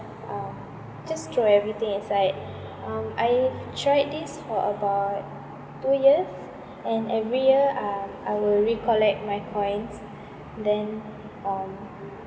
um just throw everything inside um I tried this for about two years and every year um I will recollect my coins and then um